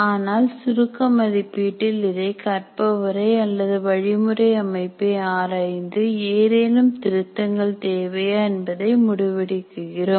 ஆனால் சுருக்க மதிப்பீட்டில் இதை கற்பவரை அல்லது வழிமுறை அமைப்பை ஆராய்ந்து ஏதேனும் திருத்தங்கள் தேவையா என்பதை முடிவெடுக்கிறோம்